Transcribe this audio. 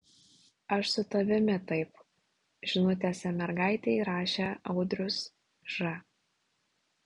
aš su tavimi taip žinutėse mergaitei rašė audrius ž